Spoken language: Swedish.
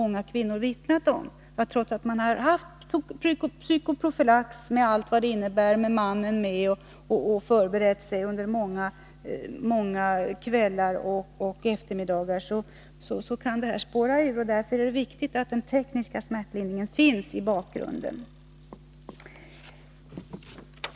Många kvinnor har också vittnat om att de, trots att de använt psykoprofylax med allt vad det innebär i form av deltagande av mannen och förberedelser under många kvällar och eftermiddagar, kan drabbas av detta. Därför är det viktigt att den tekniska smärtlindringen finns i bakgrunden.